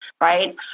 right